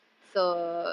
mm